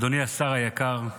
אדוני השר היקר,